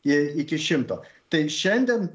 iki šimto tai šiandien